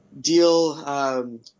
deal, –